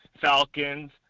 Falcons